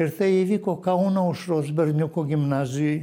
ir tai įvyko kauno aušros berniukų gimnazijoj